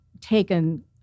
taken